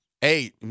Hey